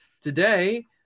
today